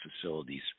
facilities